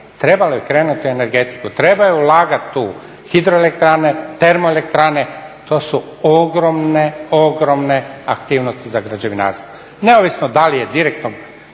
trebalo je krenuti u energetiku, trebalo je ulagati u hidroelektrane, termoelektrane. To su ogromne, ogromne aktivnosti za građevinarstvo.